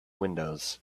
windows